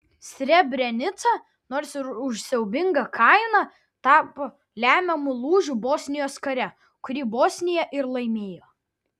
srebrenica nors ir už siaubingą kainą tapo lemiamu lūžiu bosnijos kare kurį bosnija ir laimėjo